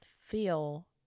feel